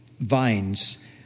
Vines